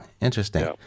interesting